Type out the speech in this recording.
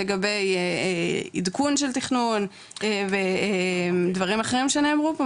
לגבי עדכון של תכנון ודברים אחרים שנאמרו פה,